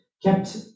kept